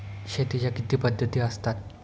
शेतीच्या किती पद्धती असतात?